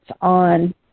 on